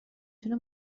تونه